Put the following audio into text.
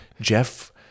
Jeff